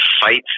fight